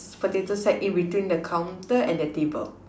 potato sack in between the counter and the table